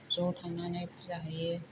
ज थांनानै फुजा हैयो